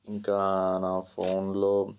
ఇంకా నా ఫోన్లో